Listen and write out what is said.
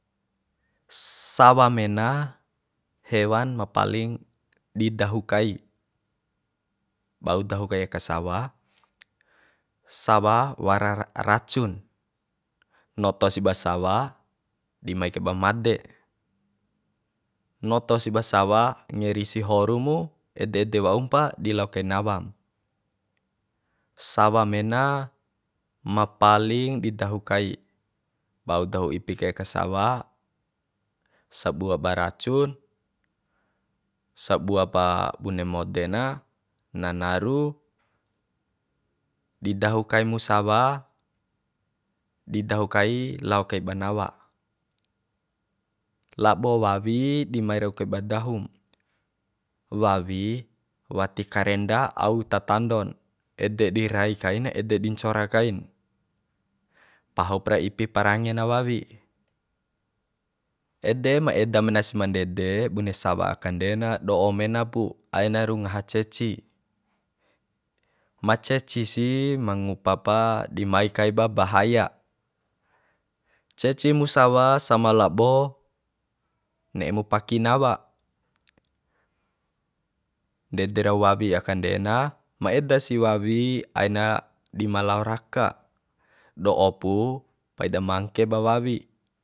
Sawa mena hewan ma paling di dahu kai bau dahu kai ka sawa sawa wara racun noto si ba sawa di maikai ba made noto si ba sawa ngeri si horu mu ede de waumpa di lao kai nawam sawa mena ma paling di dahu kai bau dahu ipi kai aka sawa sabua ba racun sabua pa bune mode na na naru di dahu kai mu sawa di dahu kai lao kaiba nawa labo wawi dima ro kaiba dahum wawi wati karenda au ta tandon ede di rai kain ede di ncora kain pahup ra ipi parange na wawi ede ma eda menas ma ndede bune sawa akande na do'o mena pu aina rungaha ceci ma ceci si ma ngupa pa di mai kaiba bahaya ceci mu sawa sama labo ne'e mu paki nawa ndede rau wawi akande na ma eda si wawi aina di malao raka do'o pu paida mangke ba wawi